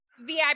vip